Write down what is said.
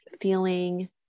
feeling